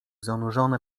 zanurzone